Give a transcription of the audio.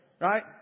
Right